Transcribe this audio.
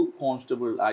constable